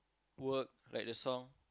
work like the song